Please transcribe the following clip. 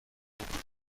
جا، یخچال